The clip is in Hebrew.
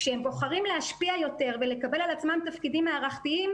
כשהם בוחרים להשפיע יותר ולקבל על עצמם תפקידים מערכתיים,